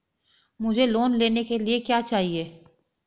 मुझे लोन लेने के लिए क्या चाहिए?